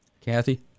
Kathy